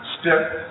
step